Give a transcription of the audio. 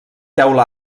teula